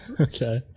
Okay